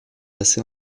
assez